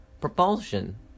Propulsion